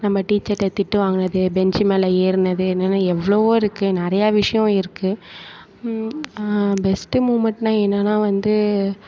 நம்ம டீச்சர்கிட்ட திட்டு வாங்கினது பெஞ்ச்சு மேலே ஏறினது என்னென்ன எவ்வளோவோ இருக்குது நிறையா விஷியம் இருக்குது பெஸ்ட்டு மூமெண்ட்னால் என்னானால் வந்து